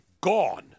gone